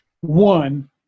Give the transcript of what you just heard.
one